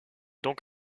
donc